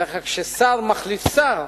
בדרך כלל, כששר מחליף שר,